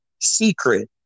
secret